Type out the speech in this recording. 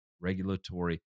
regulatory